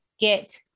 get